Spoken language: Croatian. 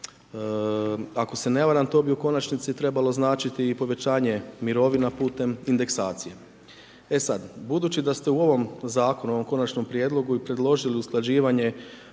Ako se ne varam to bi u konačnici trebalo značiti i povećanje mirovina putem indeksaciju. E sad, budući da ste u ovom zakonu, u ovom konačnom prijedlogu i predložili istraživanje